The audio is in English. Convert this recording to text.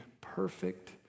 perfect